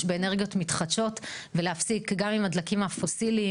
באנרגיות מתחדשות ולהפסיק גם עם הדלקים המאובנים,